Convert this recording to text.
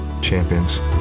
champions